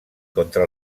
contra